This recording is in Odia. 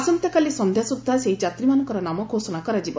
ଆସନ୍ତାକାଲି ସନ୍ଧ୍ୟା ସୁଦ୍ଧା ସେହି ଯାତ୍ରୀମାନଙ୍କର ନାମ ଘୋଷଣା କରାଯିବ